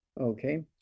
Okay